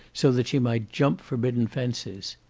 so that she might jump forbidden fences.